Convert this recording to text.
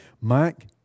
Mike